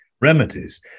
remedies